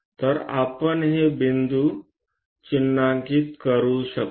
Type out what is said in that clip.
तर आपण हे बिंदू चिन्हांकित करू शकतो